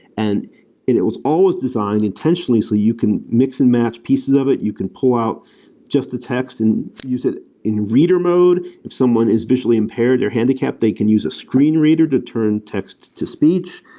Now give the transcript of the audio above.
and it it was always designed intentionally so you can mix and match pieces of it. you can pullout just a text and use it in reader mode. if someone is visually impaired or handicap, they can use a screen reader that turn texts to speech.